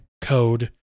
code